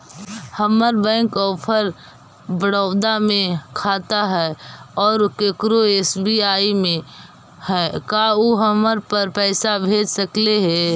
हमर bank of Baroda में खाता है और केकरो एस.बी.आई में है का उ हमरा पर पैसा भेज सकले हे?